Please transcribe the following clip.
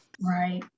right